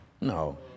No